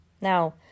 Now